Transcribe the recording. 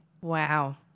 Wow